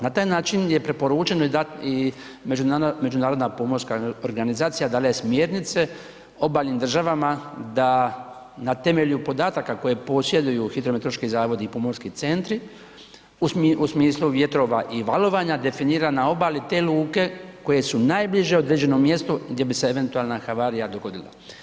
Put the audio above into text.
Na taj način je preporučeno dat i međunarodna pomorska organizacija dala je smjernice obalnim državama da na temelju podataka koje posjeduju hidrometeorološki zavodi i pomorski centri, u smislu vjetrova i valovanja, definira na obali te luke koje su najbliže određenom mjestu gdje bi se eventualna havarija dogodila.